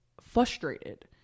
frustrated